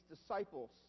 disciples